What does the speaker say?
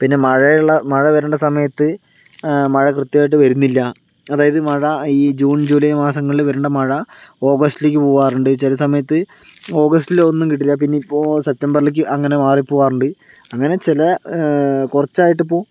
പിന്നെ മഴയുള്ള മഴ വരേണ്ട സമയത് മഴ കൃത്യമായിട്ട് വരുന്നില്ല അതായത് മഴ ഈ ജൂൺ ജൂലൈ മാസങ്ങളിൽ വരേണ്ട മഴ അഗസ്റ്റിലേക്ക് പോകാറുണ്ട് ചിലസമയത് ഓഗസ്റ്റിൽ ഒന്നും കിട്ടില്ല പിന്നെ ഇപ്പോൾ സെപ്റ്റംബറിലേക്ക് അങ്ങനെ മാറിപോകാറുണ്ട് അങ്ങനെ ചില കുറച്ചായിട്ട് ഇപ്പോൾ